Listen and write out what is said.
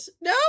No